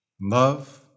love